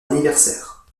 anniversaire